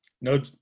no